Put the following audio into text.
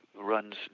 runs